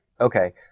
okay